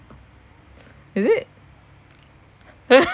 is it